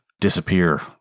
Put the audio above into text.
disappear